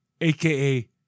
aka